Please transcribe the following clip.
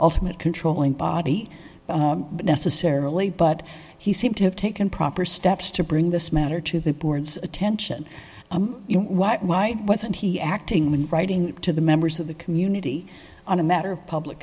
ultimate controlling body necessarily but he seems to have taken proper steps to bring this matter to the board's attention i'm white why wasn't he acting when writing to the members of the community on a matter of public